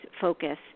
focus